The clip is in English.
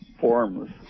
forms